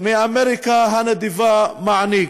מאמריקה הנדיבה מעניק.